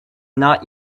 not